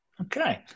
Okay